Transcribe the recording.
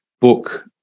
book